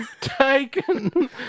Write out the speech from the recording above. Taken